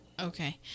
okay